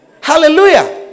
hallelujah